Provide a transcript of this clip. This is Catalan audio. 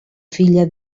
filla